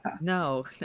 no